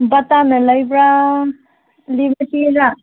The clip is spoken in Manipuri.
ꯕꯥꯇꯥꯅ ꯂꯩꯕ꯭ꯔꯥ